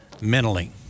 mentally